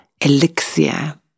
elixir